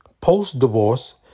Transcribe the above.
Post-divorce